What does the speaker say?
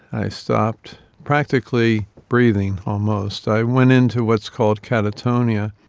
i stopped practically breathing almost. i went into what's called catatonia.